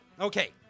Okay